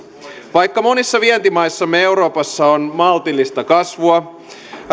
vaikka monissa vientimaissamme euroopassa on maltillista kasvua